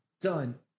Done